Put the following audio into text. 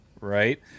right